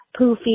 poofy